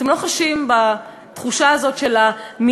אתם לא חשים בתחושה הזאת של המיאוס,